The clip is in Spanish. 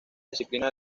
disciplina